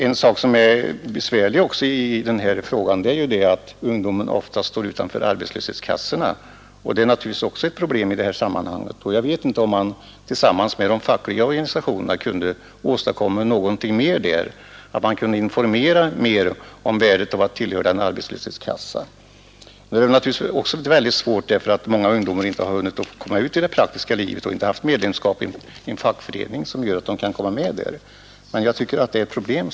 Ungdomen står oftast utanför arbetslöshetskassorna. Tillsammans med de fackliga organisationerna borde man kunna söka åstadkomma en förbättring därvidlag genom att informera ungdomarna om värdet av att tillhöra en arbetslöshetskassa. Jag är medveten om att svårigheterna här är stora bl.a. på grund av att många ungdomar inte hunnit komma ut i det praktiska livet och inte heller är medlemmar av någon fackförening, vilket medför att de inte kunnat komma med i någon arbetslöshetskassa.